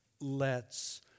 lets